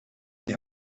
die